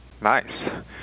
nice